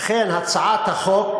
לכן, הצעת החוק